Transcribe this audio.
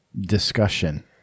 discussion